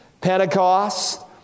Pentecost